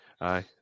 Aye